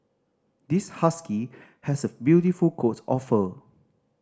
this husky has a beautiful coat of fur